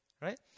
Right